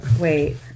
Wait